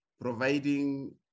providing